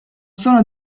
sono